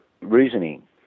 reasoning